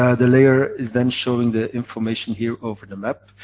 ah the layer is then showing the information, here, over the map.